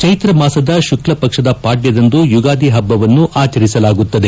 ಚೆತ್ರಮಾಸದ ಶುಕ್ಷಪಕ್ಷದ ಪಾಡ್ಯದಂದು ಯುಗಾದಿ ಪಬ್ಲವನ್ನು ಆಚರಿಸಲಾಗುತ್ತದೆ